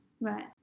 right